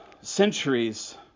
centuries